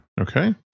Okay